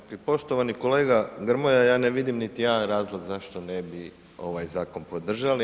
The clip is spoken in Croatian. Dakle, poštovani kolega Grmoja, ja ne vidim niti jedan razlog zašto ne bi ovaj zakon podržali.